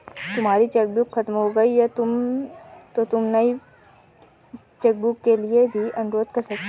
तुम्हारी चेकबुक खत्म हो गई तो तुम नई चेकबुक के लिए भी अनुरोध कर सकती हो